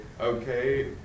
okay